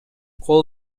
кол